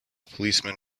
policeman